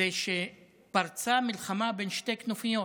היא שפרצה מלחמה בין שתי כנופיות